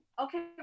Okay